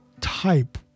type